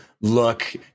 look